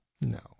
No